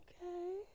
okay